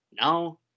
Now